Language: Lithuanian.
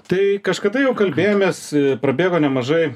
tai kažkada jau kalbėjomės prabėgo nemažai